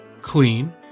clean